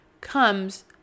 comes